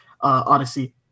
Odyssey